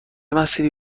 مسیری